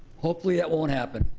hopefully that won't happen.